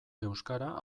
euskara